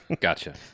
Gotcha